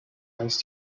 was